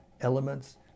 elements